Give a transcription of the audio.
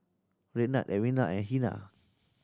Raynard Edwina and Hennie